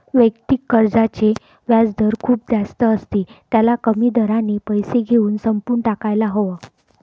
वैयक्तिक कर्जाचे व्याजदर खूप जास्त असते, त्याला कमी दराने पैसे घेऊन संपवून टाकायला हव